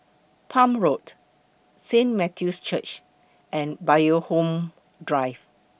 Palm Road Saint Matthew's Church and Bloxhome Drive